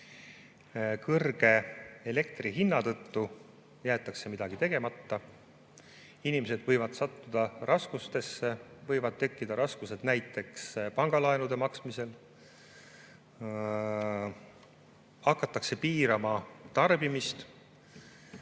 kõrge elektri hinna tõttu jäetakse midagi tegemata, inimesed võivad sattuda raskustesse, võivad tekkida raskused näiteks pangalaenude maksmisel. Hakatakse piirama tarbimist,